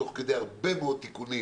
תוך כדי הרבה מאוד תיקונים